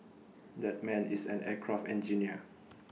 that man is an aircraft engineer